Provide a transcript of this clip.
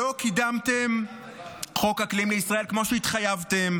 לא קידמתם חוק אקלים לישראל כמו שהתחייבתם,